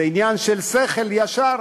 זה עניין של שכל ישר.